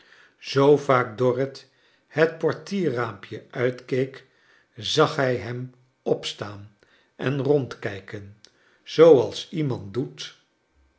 zoo vaak dorrit het portierraampje uitkeek zag hij hem opstaan en rondkijken zooals iemand doet